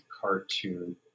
Cartoon